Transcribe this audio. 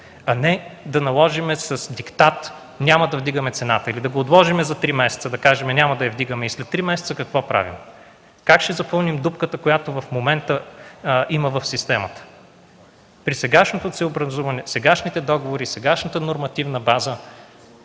а не да наложим с диктат: „Няма да вдигаме цената”, или да го отложим за три месеца и да кажем, че няма да я вдигаме, и след три месеца какво правим? Как ще запълним дупката, която в момента има в системата? При сегашното ценообразуване, сегашните договори, сегашната нормативна база